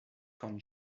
quand